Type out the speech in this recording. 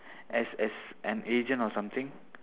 as as an agent or something